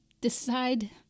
decide